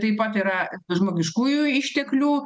taip pat yra žmogiškųjų išteklių